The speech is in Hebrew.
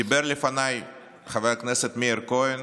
דיבר לפניי חבר הכנסת מאיר כהן